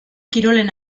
kirolen